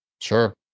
Sure